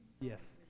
Yes